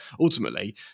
ultimately